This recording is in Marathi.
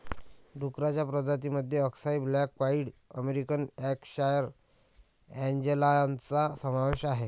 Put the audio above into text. डुक्करांच्या प्रजातीं मध्ये अक्साई ब्लॅक पाईड अमेरिकन यॉर्कशायर अँजेलॉनचा समावेश आहे